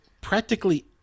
practically